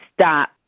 stop